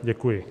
Děkuji.